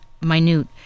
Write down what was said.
minute